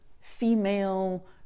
female